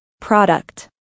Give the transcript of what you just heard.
product